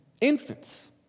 infants